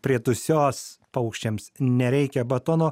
prie dusios paukščiams nereikia batono